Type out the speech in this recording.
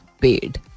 paid